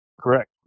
correct